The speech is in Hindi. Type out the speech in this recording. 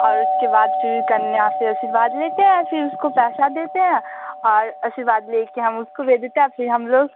और उसके बाद फिर कन्या से आशीर्वाद लेते है फिर उसको पैसा देते हैं और आशीर्वाद लेके हम उसको भेज देते हैं फिर हम लोग